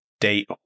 date